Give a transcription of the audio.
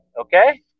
Okay